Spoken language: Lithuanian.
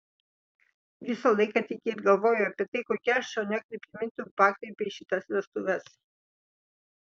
visą laiką tik ir galvoju apie tai kokia šaunia kryptimi tu pakreipei šitas vestuves